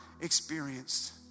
experienced